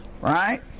Right